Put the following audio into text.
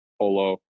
polo